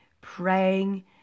praying